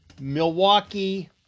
Milwaukee